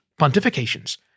Pontifications